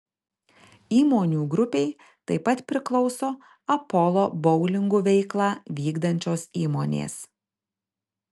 įmonių grupei taip pat priklauso apolo boulingų veiklą vykdančios įmonės